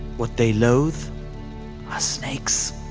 what they loathe are snakes.